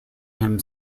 him